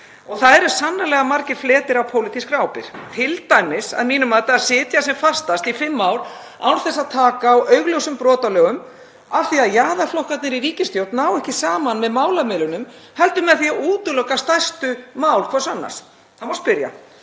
Það eru sannarlega margir fletir á pólitískri ábyrgð, t.d. að mínu mati að sitja sem fastast í fimm ár án þess að taka á augljósum brotum á lögum af því að jaðarflokkarnir í ríkisstjórn náðu ekki saman með málamiðlunum heldur með því að útiloka stærstu mál hvors annars. Það má spyrja: